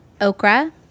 okra